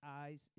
eyes